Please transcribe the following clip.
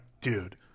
dude